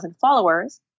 followers